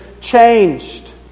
changed